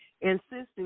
insisting